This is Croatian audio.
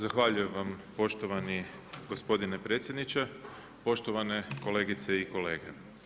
Zahvaljujem vam poštovani gospodine predsjedniče, poštovane kolegice i kolege.